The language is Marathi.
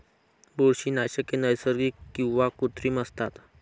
बुरशीनाशके नैसर्गिक किंवा कृत्रिम असतात